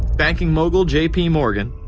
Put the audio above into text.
banking mogul j p. morgan,